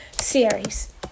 series